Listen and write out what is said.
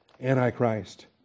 Antichrist